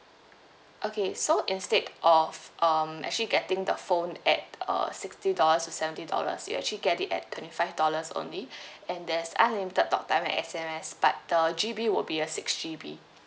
okay so instead of um actually getting the phone at uh sixty dollars to seventy dollars you'll actually get it at twenty five dollars only and there's unlimited talk time and S_M_S but the G_B would be the six G_B